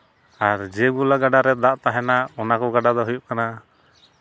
ᱟᱨ ᱡᱮᱜᱩᱞᱟ ᱜᱟᱰᱟᱨᱮ ᱫᱟᱜ ᱛᱟᱦᱮᱱᱟ ᱚᱱᱟ ᱠᱚ ᱜᱟᱰᱟ ᱫᱚ ᱦᱩᱭᱩᱜ ᱠᱟᱱᱟ